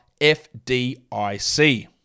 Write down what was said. FDIC